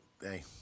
hey